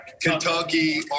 Kentucky